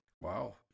Wow